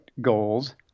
goals